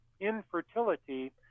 Infertility